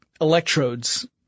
electrodes